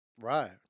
Right